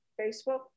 Facebook